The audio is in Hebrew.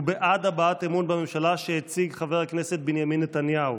הוא בעד הבעת אמון בממשלה שהציג חבר הכנסת בנימין נתניהו,